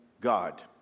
God